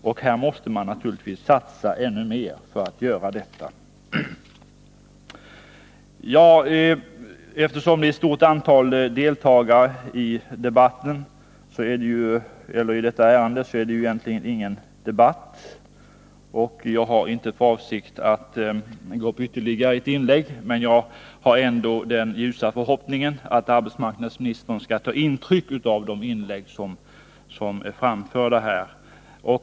Naturligtvis måste man satsa ännu mera för att åstadkomma detta. Eftersom det är ett stort antal frågeställare som deltar är det här i dag inte fråga om någon egentlig debatt. Jag har inte för avsikt att gå upp och göra ytterligare inlägg. Jag har ändå den ljusa förhoppningen att arbetsmarknadsministern skall ta intryck av de inlägg som har gjorts här.